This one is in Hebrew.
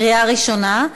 קריאה ראשונה.